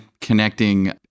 connecting